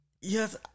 Yes